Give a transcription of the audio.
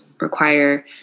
require